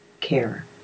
care